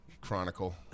Chronicle